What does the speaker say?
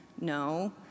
no